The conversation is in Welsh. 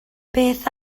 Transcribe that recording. beth